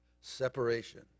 separation